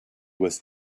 was